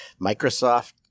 Microsoft